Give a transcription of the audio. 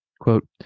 Quote